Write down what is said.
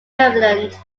relevant